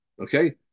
okay